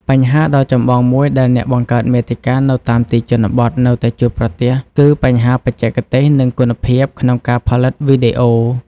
បញ្ហាដ៏ចម្បងមួយដែលអ្នកបង្កើតមាតិកានៅតាមទីជនបទនៅតែជួបប្រទះគឺ បញ្ហាបច្ចេកទេស និងគុណភាព ក្នុងការផលិតវីដេអូ។